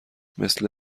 مثل